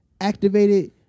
activated